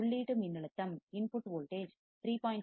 உள்ளீட்டு மின்னழுத்தம் input voltage 3